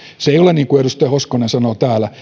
se ei ole niin kuin edustaja hoskonen täällä